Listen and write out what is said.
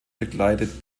bekleidet